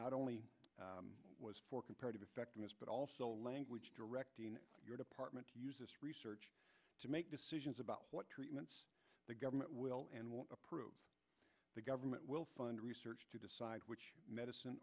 not only was for comparative effectiveness but also language directing your department research to make decisions about what treatments the government will and won't approve the government will fund research to decide which medicine